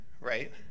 right